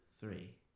three